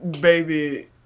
baby